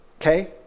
okay